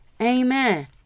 Amen